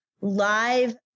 live